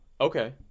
Okay